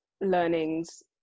learnings